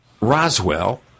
Roswell